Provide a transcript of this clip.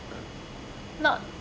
not